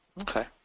Okay